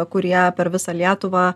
kurie per visą lietuvą